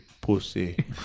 pussy